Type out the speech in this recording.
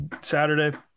Saturday